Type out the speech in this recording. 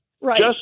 Right